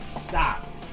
stop